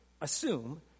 assume